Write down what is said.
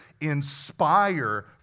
inspire